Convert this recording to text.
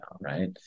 right